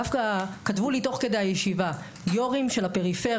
דווקא כתבו לי תוך כדי הישיבה יו"רים של הפריפריה: